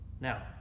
now